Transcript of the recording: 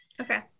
okay